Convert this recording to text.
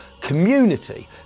community